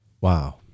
Wow